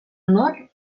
honor